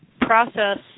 process